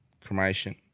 cremation